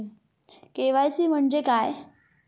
KYC म्हणजे काय?